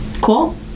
Cool